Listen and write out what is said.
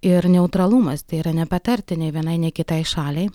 ir neutralumas tai yra nepatarti nei vienai nei kitai šaliai